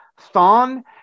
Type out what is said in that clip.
THON